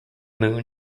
moon